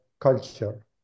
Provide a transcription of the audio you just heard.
culture